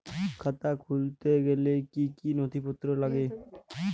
খাতা খুলতে গেলে কি কি নথিপত্র লাগে?